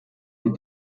und